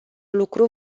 lucru